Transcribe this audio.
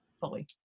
fully